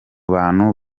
bantu